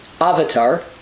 avatar